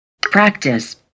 Practice